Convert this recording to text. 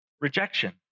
rejection